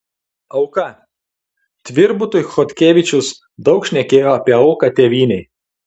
auka tvirbutui chodkevičius daug šnekėjo apie auką tėvynei